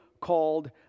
called